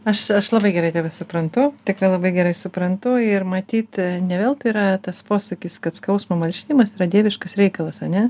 aš aš labai gerai tave suprantu tikrai labai gerai suprantu ir matyti ne veltui yra tas posakis kad skausmo malšinimas yra dieviškas reikalas ane